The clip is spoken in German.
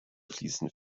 fließen